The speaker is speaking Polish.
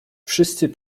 wszyscy